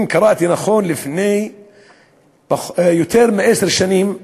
אם קראתי נכון, לפני יותר מעשר שנים,